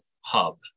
hub